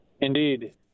Indeed